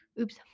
Oops